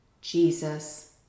jesus